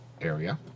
area